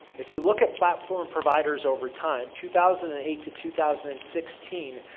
if you look at platform providers over time two thousand and eight to two thousand and sixteen,